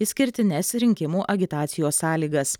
išskirtines rinkimų agitacijos sąlygas